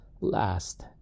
last